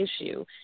issue